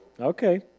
Okay